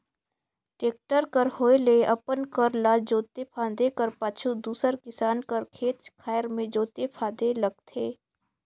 tractor कर होए ले अपन कर ल जोते फादे कर पाछू दूसर किसान कर खेत खाएर मे जोते फादे लगथे